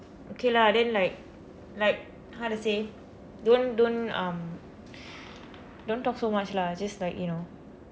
okay lah then like like how to say don't don't um don't talk so much lah just like you know